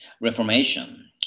Reformation